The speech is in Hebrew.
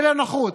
זה לא נחוץ.